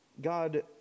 God